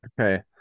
Okay